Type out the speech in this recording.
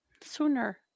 Sooner